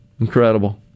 Incredible